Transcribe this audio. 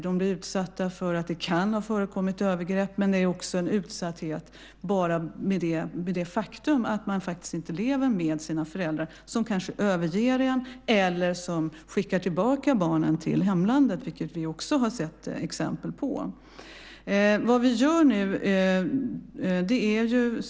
Det kan ha förekommit övergrepp, men det är också en utsatthet i faktumet att de inte lever med sina föräldrar. Barnen kanske blir övergivna eller blir tillbakaskickade till hemlandet, vilket vi också har sett exempel på.